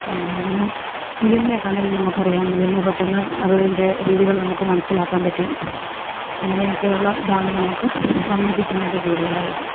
പിന്നെ മുയലിനെയൊക്കെയാണേലും നമുക്കറിയാം മുയലിനെ പെട്ടെന്ന് അതിൻ്റെ രീതികള് നമുക്ക് മനസ്സിലാക്കാൻ പറ്റും അങ്ങനെയൊക്കെയുള്ള ഇതാണ് നമുക്ക് വന്നിരിക്കുന്നത് കൂടുതലായിട്ടും